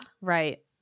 Right